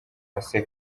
aseka